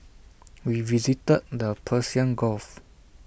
we visited the Persian gulf